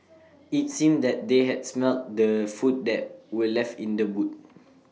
IT seemed that they had smelt the food that were left in the boot